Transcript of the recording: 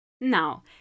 Now